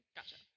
Gotcha